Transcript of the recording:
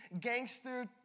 gangster